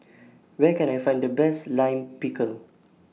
Where Can I Find The Best Lime Pickle